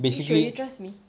you sure you trust me